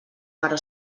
però